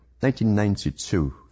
1992